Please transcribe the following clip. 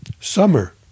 summer